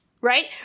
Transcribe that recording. Right